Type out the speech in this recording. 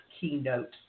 keynote